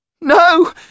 No